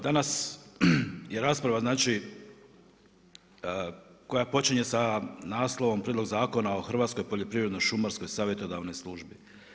Danas je rasprava koja počinje sa naslovom Prijedlog Zakona o Hrvatskoj poljoprivredno-šumarsko savjetodavnoj službi.